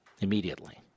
Immediately